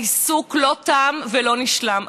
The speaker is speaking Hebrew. העיסוק לא תם ולא נשלם.